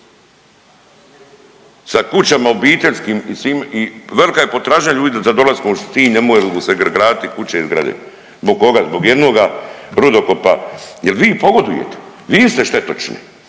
sa kućama obiteljskim i svim i velika je potražnja ljudi za dolaskom u Sinj, ne mogu se graditi kuće i zgrade, zbog koga? Zbog jednoga rudokopa jel vi pogodujete, vi ste štetočine.